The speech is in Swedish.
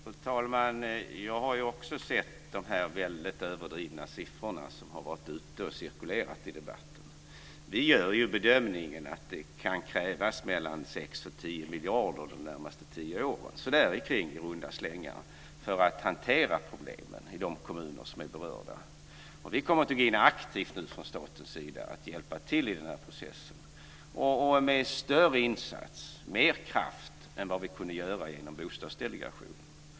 Fru talman! Jag har ju också sett de här väldigt överdrivna siffrorna som har varit ute och cirkulerat i debatten. Vi gör bedömningen att det kan krävas mellan 6 och 10 miljarder de närmaste tio åren - där omkring, i runda slängar - för att hantera problemen i de kommuner som är berörda. Vi kommer att gå in aktivt nu från statens sida och hjälpa till i den här processen och med större insats och mer kraft än vi kunde göra inom Bostadsdelegationen.